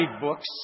books